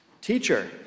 Teacher